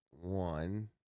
one